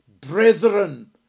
brethren